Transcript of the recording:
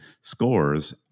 scores